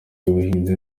y’ubuhinzi